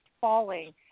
falling